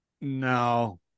No